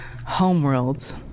Homeworld